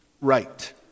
right